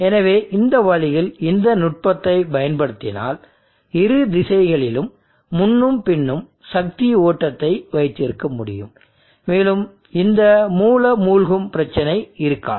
எனவே இந்த வழியில் இந்த நுட்பத்தைப் பயன்படுத்தினால் இரு திசைகளிலும் முன்னும் பின்னும் சக்தி ஓட்டத்தை வைத்திருக்க முடியும் மேலும் இந்த மூல மூழ்கும் பிரச்சினை இருக்காது